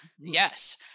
Yes